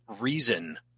reason